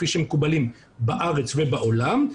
כפי שמקובלים בארץ ובעולם,